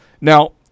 Now